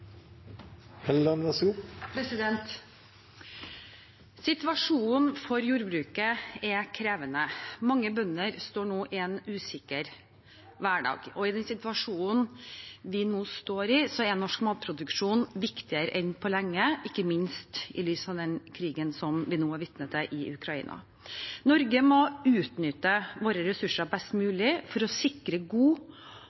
disse skrivebordsøvelsene, så jeg vil oppfordre Rødt til å trekke forslaget og heller ta en reorientering om sin egen sikkerhetspolitikk. Situasjonen for jordbruket er krevende. Mange bønder står nå i en usikker hverdag, og i den situasjonen vi nå står i, er norsk matproduksjon viktigere enn på lenge, ikke minst i lys av den krigen som vi nå er vitne til i Ukraina. Norge må utnytte